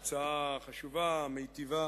נראית הצעה חשובה, מיטיבה